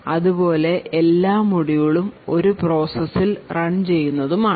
അതുപോലെ എല്ലാ മോഡ്യൂളും ഒരു പ്രോസസിൽ റൺ ചെയ്യുന്നതുമാണ്